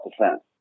defense